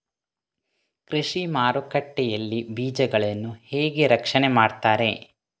ಕೃಷಿ ಮಾರುಕಟ್ಟೆ ಯಲ್ಲಿ ಬೀಜಗಳನ್ನು ಹೇಗೆ ರಕ್ಷಣೆ ಮಾಡ್ತಾರೆ?